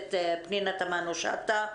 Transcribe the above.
הכנסת פנינה תמנו שטה,